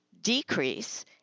decrease